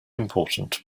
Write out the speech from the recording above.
important